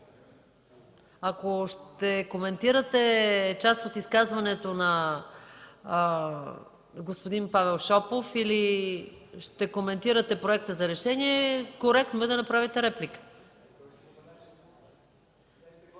Ако ще коментирате част от изказването на господин Павел Шопов, или ще коментирате проекта за решение, коректно е да направите реплика.